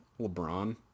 LeBron